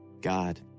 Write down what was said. God